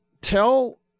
tell